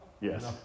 Yes